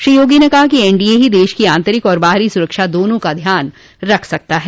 श्री योगी ने कहा कि एनडीए ही देश की आंतरिक और बाहरी सुरक्षा दोनों का ध्यान रख सकता है